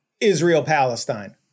Israel-Palestine